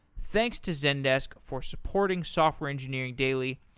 thanks to zendesk for supporting software engineering daily,